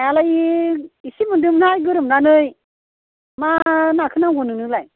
नायालाय एसे मोन्दोंमोनहाय गोग्रोमनानै मा नाखौ नांगौ नोंनोलाय